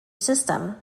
system